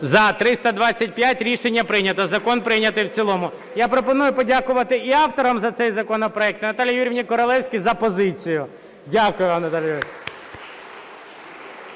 За-325 Рішення прийнято. Закон прийнятий в цілому. Я пропоную подякувати і авторам за цей законопроект, і Наталії Юріївні Королевській за позицію. Дякую вам, Наталія Юріївна.